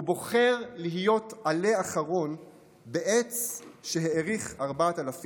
הוא בוחר להיות העלה האחרון בעץ שהאריך 4,000 שנה.